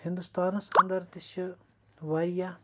ہِندوستانَس اَنٛدَر تہِ چھِ واریاہ